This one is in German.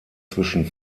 zwischen